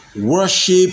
Worship